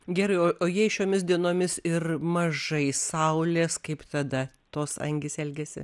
gerai o o jei šiomis dienomis ir mažai saulės kaip tada tos angys elgiasi